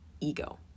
ego